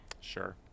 Sure